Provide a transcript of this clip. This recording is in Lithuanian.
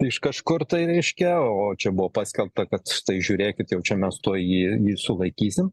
iš kažkur tai reiškia o čia buvo paskelbta kad štai žiūrėkit jau čia mes tuoj jį sulaikysim